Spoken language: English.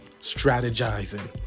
strategizing